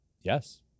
Yes